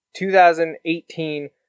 2018